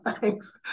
Thanks